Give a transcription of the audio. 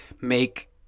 make